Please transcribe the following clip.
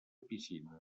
piscines